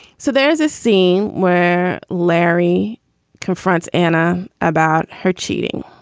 so there's a scene where larry confronts anna about her cheating